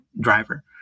driver